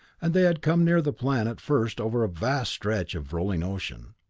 and they had come near the planet first over a vast stretch of rolling ocean.